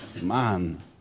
Man